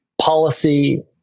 policy